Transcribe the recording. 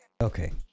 okay